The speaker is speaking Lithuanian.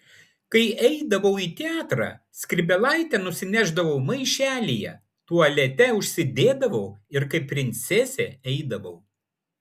kai eidavau į teatrą skrybėlaitę nusinešdavau maišelyje tualete užsidėdavau ir kaip princesė eidavau